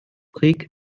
greek